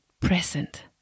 present